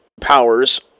powers